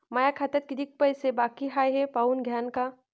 माया खात्यात कितीक पैसे बाकी हाय हे पाहून द्यान का?